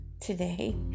today